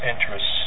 interests